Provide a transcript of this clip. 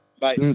Bye